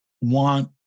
want